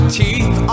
teeth